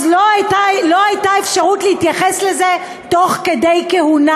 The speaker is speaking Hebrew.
אז לא הייתה אפשרות להתייחס לזה תוך כדי כהונה.